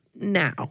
now